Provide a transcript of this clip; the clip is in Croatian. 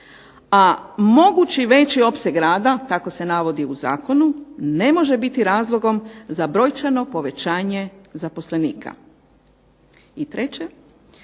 A mogući veći opseg rada, tako se navodi u zakonu, ne može biti razlogom za brojčano povećanje zaposlenika. I treće,